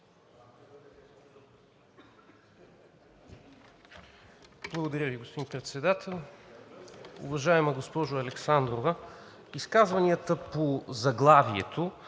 Благодаря Ви, господин Председател! Уважаема госпожо Александрова, изказванията по заглавието